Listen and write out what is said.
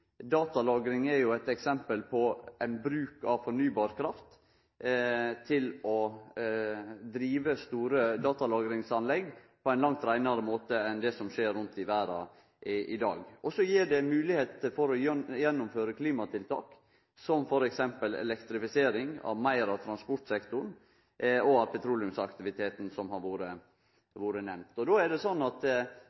Datalagring er eit eksempel – bruk av fornybar kraft til å drive store datalagringsanlegg på ein langt reinare måte enn det som skjer rundt i verda i dag. Og så gir det moglegheiter for å gjennomføre klimatiltak som f.eks. elektrifisering av meir av transportsektoren og av petroleumsaktiviteten, som har vore